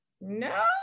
no